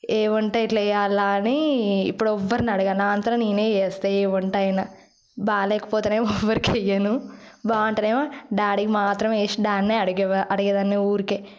ఏ వంట ఎట్లా చేయాలి అని ఇప్పుడు ఎవరిని అడగను నా అంతట నేనే చేస్తా ఏ వంట అయినా బాలేకపోతే ఏమో ఎవ్వరికి ఇయ్యను బాగుంటే ఏమో డాడీకి మాత్రం వేసి డాడీని అడిగేదాన్ని అడిగేదాన్ని ఉరికే